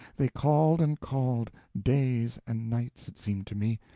they called and called days and nights, it seemed to me.